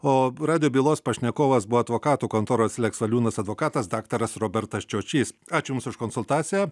o radijo bylos pašnekovas buvo advokatų kontoros leks valiūnas advokatas daktaras robertas čiočys aš jums už konsultaciją